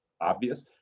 obvious